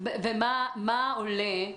מה עולה,